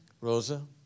rosa